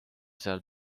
seal